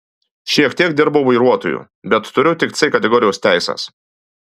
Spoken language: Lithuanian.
šiek tiek dirbau vairuotoju bet turiu tik c kategorijos teises